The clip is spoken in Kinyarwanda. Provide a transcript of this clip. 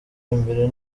imbere